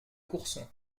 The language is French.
courson